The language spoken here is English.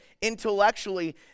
intellectually